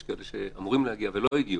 יש כאלה שאמורים להגיע ולא הגיעו,